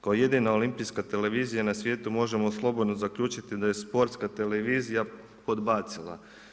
Kao jedinica olimpijska televizija na svijetu, možemo slobodno zaključiti, da je Sportska televizija podbacila.